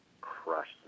crushed